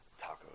Tacos